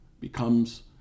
becomes